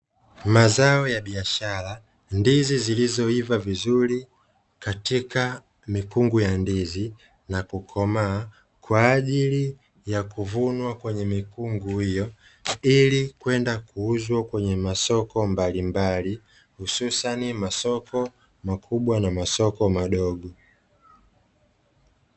Mazao ya biashara, ndizi zilizoiva vizuri katika mikungu ya ndizi na kukomaa kwa ajili ya kuvunwa kwenye mikungu hiyo ili kwenda kuuzwa kwenye masoko mbalimbali hususani masoko makubwa na masoko madogo.